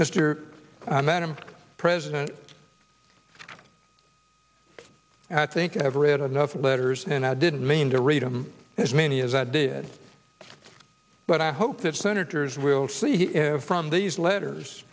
madam president i think i have read enough letters and i didn't mean to read them as many as i did but i hope that senators will see from these letters